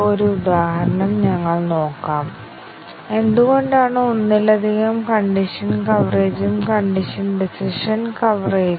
ഒരു നിർദ്ദിഷ്ട പ്രസ്താവന കവർ ചെയ്യപ്പെടുമ്പോഴെല്ലാം അറേയിൽ അനുയോജ്യമായ വേരിയബിൾ സജ്ജമാക്കാൻ ഞങ്ങൾ ഇവിടെ ഒരു പ്രസ്താവന ചേർക്കും